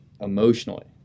emotionally